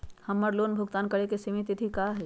हमर लोन भुगतान करे के सिमित तिथि का हई?